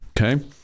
Okay